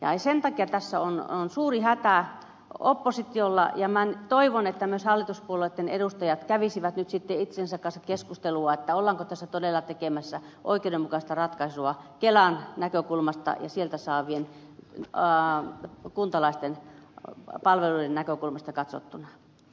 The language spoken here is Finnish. sen takia tässä on suuri hätä oppositiolla ja minä toivon että myös hallituspuolueitten edustajat kävisivät nyt sitten itsensä kanssa keskustelua ollaanko tässä todella tekemässä oikeudenmukaista ratkaisua kelan näkökulmasta ja sieltä saatavien kuntalaisten palvelujen näkökulmasta katsottuna